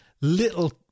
little